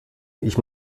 ich